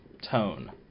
tone